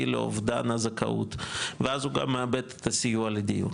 לאובדן הזכאות ואז הוא גם מאבד את הסיוע לדיור,